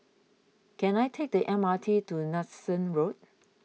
can I take the M R T to Nanson Road